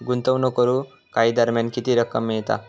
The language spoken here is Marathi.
गुंतवणूक करून काही दरम्यान किती रक्कम मिळता?